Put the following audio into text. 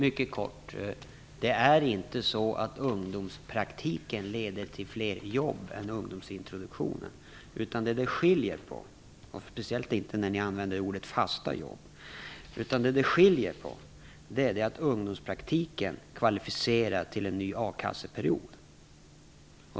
Fru talman! Det är inte så att ungdomspraktiken leder till fler jobb än ungdomsintroduktionen - speciellt inte när ni använder orden "fasta jobb". Det som skiljer är att ungdomspraktiken kvalificerar till en ny a-kasseperiod.